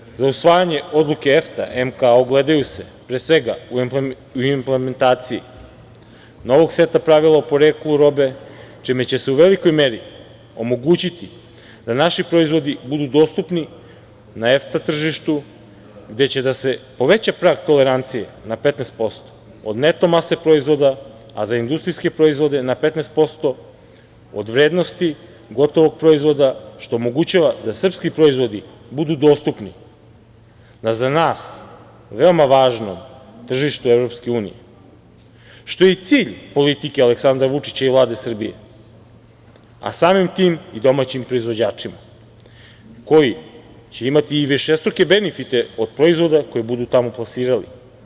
Razlozi za usvajanje Odluke EFTA MK ogledaju se, pre svega u implementaciji novog seta pravila o poreklu robe, čime će se u velikoj meri omogućiti da naši proizvodi budu dostupni na EFTA tržištu, gde će da se poveća prag tolerancije na 15% od neto mase proizvoda, a za industrijske proizvode na 15% od vrednosti gotovog proizvoda, što omogućava da srpski proizvodi budu dostupni za nas veoma važnom tržištu Evropske unije, što je i cilj politike Aleksandra Vučića i Vlade Srbije, a samim tim i domaćim proizvođačima, koji će imati višestruke benefite od proizvoda koje budu tamo plasirali.